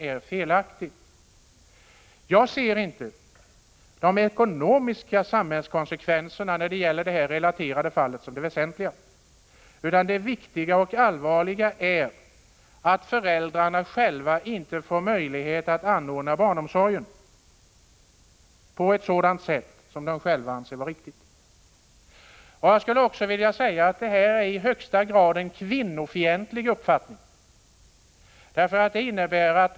I det relaterade fallet ser jag inte de ekonomiska samhällskonsekvenserna som det väsentliga, utan det viktiga och allvarliga är att föräldrarna inte får möjlighet att anordna barnomsorgen på ett sådant sätt som de själva anser vara riktigt. Jag skulle också vilja säga att detta i högsta grad är en kvinnofientlig uppfattning.